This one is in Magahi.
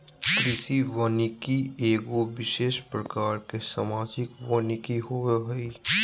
कृषि वानिकी एगो विशेष प्रकार के सामाजिक वानिकी होबो हइ